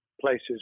places